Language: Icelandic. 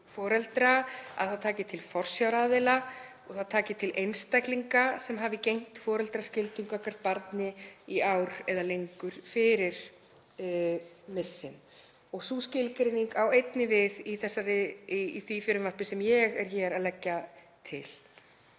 að það taki til forsjáraðila og það taki til einstaklinga sem hafi gegnt foreldraskyldum gagnvart barni í ár eða lengur fyrir missinn. Og sú skilgreining á einnig við í því frumvarpi sem ég er hér að leggja til,